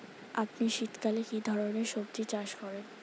আপনি শীতকালে কী ধরনের সবজী চাষ করেন?